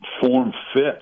form-fit